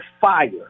fire